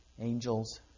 angels